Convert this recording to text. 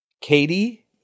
Katie